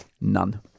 None